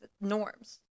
norms